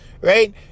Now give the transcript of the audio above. right